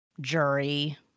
jury